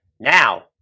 Now